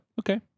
Okay